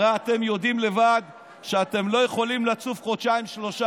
הרי אתם יודעים לבד שאתם לא יכולים לצוף חודשיים-שלושה.